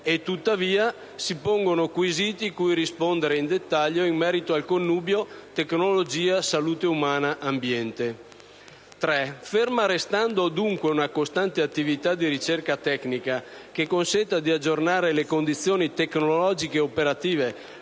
Tuttavia, si pongono quesiti cui rispondere in dettaglio in merito al connubio tecnologia - salute umana - e ambiente. In terzo luogo, ferma restando, dunque, una costante attività di ricerca tecnica che consenta di aggiornare le condizioni tecnologiche ed operative